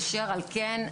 אשר על כן,